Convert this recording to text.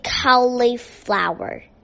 cauliflower